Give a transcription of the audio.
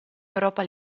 europa